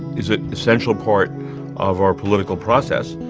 is an essential part of our political process,